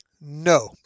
No